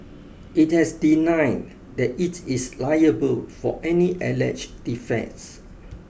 it has denied that it is liable for any alleged defects